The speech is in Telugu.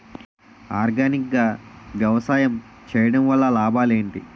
ఆర్గానిక్ గా వ్యవసాయం చేయడం వల్ల లాభాలు ఏంటి?